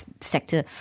sector